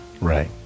Right